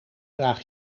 draag